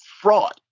fraud